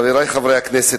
חברי חברי הכנסת,